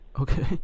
Okay